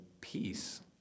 peace